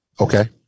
Okay